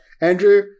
Andrew